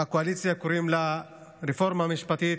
בקואליציה קוראים לה "רפורמה משפטית",